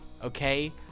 Okay